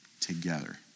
together